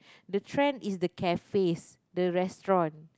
the trend is the cafes the restaurant